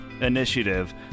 initiative